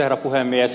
herra puhemies